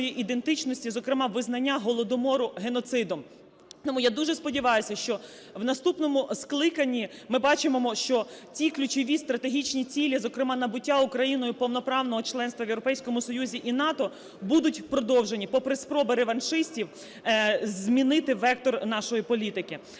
ідентичності, зокрема визнання Голодомору геноцидом. Тому я дуже сподіваюся, що в наступному скликанні ми побачимо, що ті ключові стратегічні цілі, зокрема набуття Україною повноправного членства в Європейському Союзі і НАТО, будуть продовжені, попри спроби реваншистів змінити вектор нашої політики.